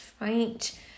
right